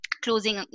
closing